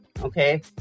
Okay